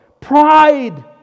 pride